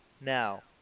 Now